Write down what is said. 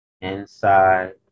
inside